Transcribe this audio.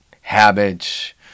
habits